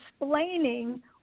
explaining